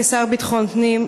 כשר לביטחון הפנים,